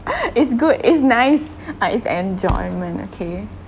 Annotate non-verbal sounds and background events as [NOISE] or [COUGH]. [LAUGHS] is good is nice uh is enjoyment okay